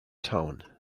town